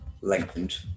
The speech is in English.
lengthened